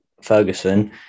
Ferguson